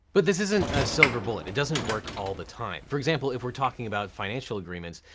but this isn't a silver bullet. it doesn't work all the time. for example, if we're talking about financial agreements,